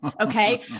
okay